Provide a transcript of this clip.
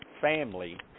family